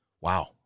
Wow